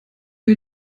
you